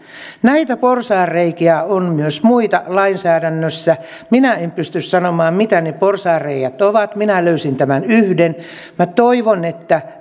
näitä porsaanreikiä on myös muita lainsäädännössä minä en pysty sanomaan mitä ne porsaanreiät ovat minä löysin tämän yhden minä toivon että